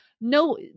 no